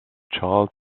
charles